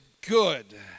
good